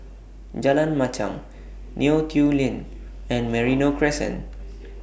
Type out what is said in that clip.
Jalan Machang Neo Tiew Lane and Merino Crescent